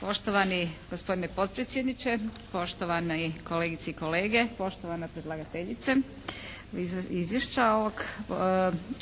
Poštovani gospodine potpredsjedniče, poštovane kolegice i kolege, poštovana predlagatelja izvješća ovog.